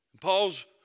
Paul's